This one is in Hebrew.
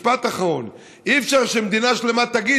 משפט אחרון: אי-אפשר שמדינה שלמה תגיד